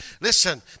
Listen